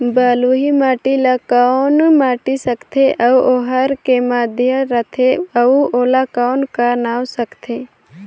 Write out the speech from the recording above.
बलुही माटी ला कौन माटी सकथे अउ ओहार के माधेक राथे अउ ओला कौन का नाव सकथे?